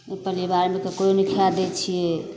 नहि परिवारमे ककरो नहि खाए दै छिए